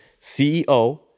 CEO